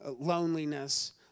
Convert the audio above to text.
loneliness